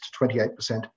28%